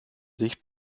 sich